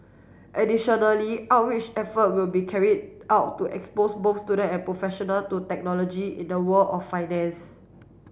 additionally outreach effort will be carried out to expose both student and professional to technology in the world of finance